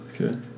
okay